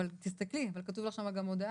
אבל תסתכלי, אבל כתוב לך שם גם הודעה.